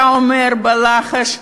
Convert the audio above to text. אתה אומר בלחש: